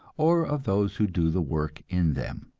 or of those who do the work in them.